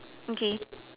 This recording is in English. okay